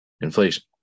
Inflation